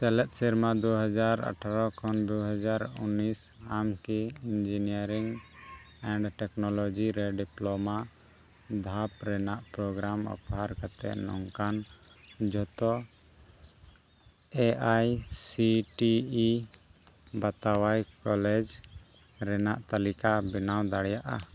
ᱥᱮᱞᱮᱫ ᱥᱮᱨᱢᱟ ᱫᱩ ᱦᱟᱡᱟᱨ ᱟᱴᱷᱨᱚ ᱠᱷᱚᱱ ᱫᱩ ᱦᱟᱡᱟᱨ ᱩᱱᱤᱥ ᱟᱢ ᱠᱤ ᱤᱧᱡᱤᱱᱤᱭᱟᱨᱤᱝ ᱮᱱᱰ ᱴᱮᱠᱱᱳᱞᱚᱡᱤ ᱨᱮ ᱰᱤᱯᱞᱳᱢᱟ ᱫᱷᱟᱯ ᱨᱮᱱᱟᱜ ᱯᱨᱳᱜᱨᱟᱢ ᱚᱯᱷᱟᱨ ᱠᱟᱛᱮᱫ ᱱᱚᱝᱠᱟᱱ ᱡᱚᱛᱚ A I C T E ᱵᱟᱛᱟᱣᱟᱭ ᱠᱚᱞᱮᱡᱽ ᱨᱮᱱᱟᱜ ᱛᱟᱹᱞᱤᱠᱟ ᱵᱮᱱᱟᱣ ᱫᱟᱲᱮᱭᱟᱜᱼᱟ